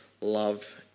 love